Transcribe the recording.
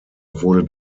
wurde